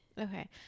okay